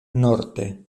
norte